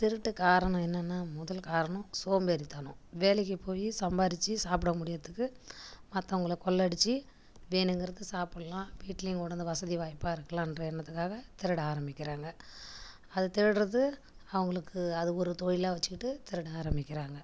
திருட்டு காரணம் என்னன்னா முதல் காரணம் சோம்பேறி தனம் வேலைக்கு போயி சம்பாதிச்சி சாப்பிட முடியாததுக்கு மற்றவங்கள கொள்ளை அடிச்சி வேணுங்கிறது சாப்பிட்லாம் வீட்லேயும் கொண்டு வந்து வசதி வாய்ப்பாக இருக்கலான்ற எண்ணத்துக்காக திருட ஆரம்பிக்கிறாங்க அது திருடுறது அவங்களுக்கு அது ஒரு தொழிலாக வச்சுக்கிட்டு திருட ஆரம்பிக்கிறாங்க